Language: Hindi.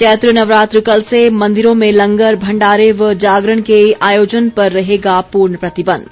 चैत्र नवरात्र कल से मंदिरों में लंगर भंडारे व जागरण के आयोजन पर रहेगा पूर्ण प्रतिबंध